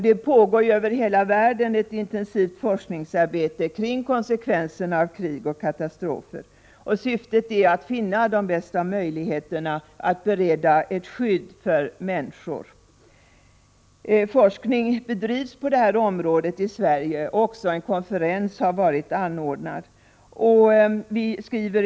Det pågår över hela världen ett intensivt forskningsarbete om konsekvenserna av krig och katastrofer. Syftet är att finna de bästa möjligheterna för att bereda ett skydd för människor. Forskning bedrivs på detta område i Sverige, och en konferens har också varit anordnad.